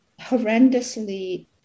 horrendously